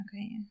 Okay